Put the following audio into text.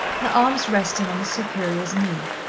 her arms resting on the superior's knee.